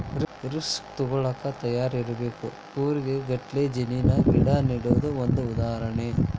risk ತುಗೋಳಾಕ ತಯಾರ ಇರಬೇಕ, ಕೂರಿಗೆ ಗಟ್ಲೆ ಜಣ್ಣಿನ ಗಿಡಾ ನೆಡುದು ಒಂದ ಉದಾಹರಣೆ